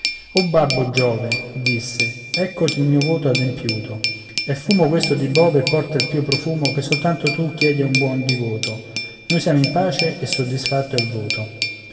o babbo giove disse eccoti il mio voto adempiuto è fumo questo di bove e porta il pio profumo che soltanto tu chiedi a un buon divoto noi siamo in pace e soddisfatto è il voto